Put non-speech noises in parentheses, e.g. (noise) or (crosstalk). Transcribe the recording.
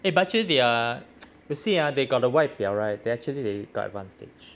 eh but actually their (noise) you see ah they got the 外表 right they actually they got advantage